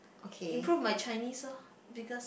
improve my Chinese lor because